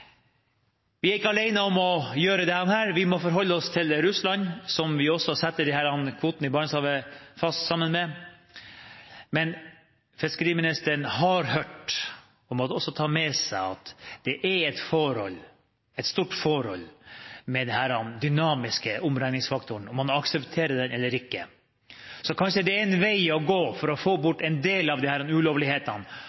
Vi er ikke alene om å gjøre dette – vi må forholde oss til Russland, som vi også fastsetter disse kvotene i Barentshavet sammen med – men fiskeriministeren har hørt, og må også ta med seg, at det er et stort forhold med denne dynamiske omregningsfaktoren; om man aksepterer den eller ikke. Kanskje er det en vei å gå for å få